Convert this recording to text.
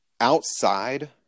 outside